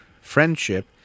friendship